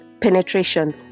penetration